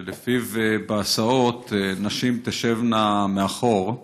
שלפיו בהסעות נשים תשבנה מאחור.